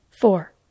Four